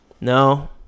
No